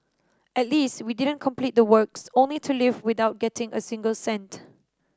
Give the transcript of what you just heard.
at least we didn't complete the works only to leave without getting a single cent